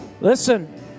Listen